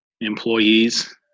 employees